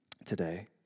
today